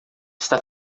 está